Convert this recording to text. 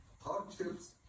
hardships